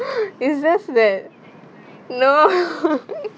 it's just that no